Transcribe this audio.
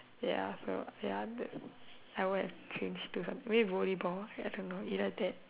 ya so ya the I would have changed to maybe volleyball I don't know either that